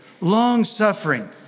long-suffering